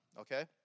okay